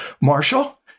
Marshall